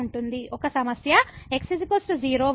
ఒక సమస్య x 0 వద్ద ఉంది